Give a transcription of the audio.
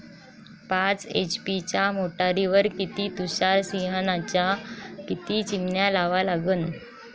पाच एच.पी च्या मोटारीवर किती तुषार सिंचनाच्या किती चिमन्या लावा लागन?